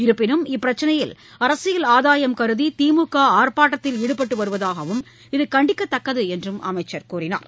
இருப்பினும் இப்பிரச்சினையில் அரசியல் ஆதாயம் கருதி திமுக ஆர்ப்பாட்டத்தில் ஈடுபட்டு வருவதாகவும் இது கண்டிக்கத்தக்கது என்றும் அமைச்சர் கூறினார்